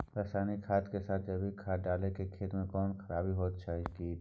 रसायनिक खाद के साथ जैविक खाद डालला सॅ खेत मे कोनो खराबी होयत अछि कीट?